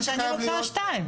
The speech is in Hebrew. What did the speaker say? מה שאני רוצה זה שתיים.